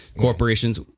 Corporations